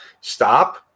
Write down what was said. stop